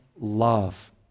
love